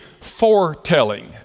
foretelling